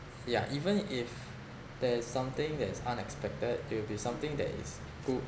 yeah even if there is something that is unexpected it will be something that is good